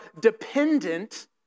dependent